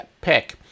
pick